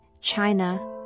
China